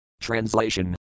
Translation